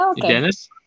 Dennis